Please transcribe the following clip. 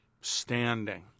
standing